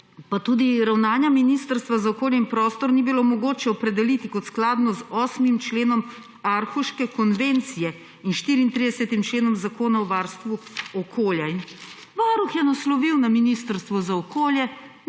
pa tudi ravnanja Ministrstva za okolje in prostor ni bilo mogoče opredeliti kot skladnega z 8. členom Aarhuške konvencije in 34. členom Zakona o varstvu okolja. Varuh je naslovil na Ministrstvo za okolje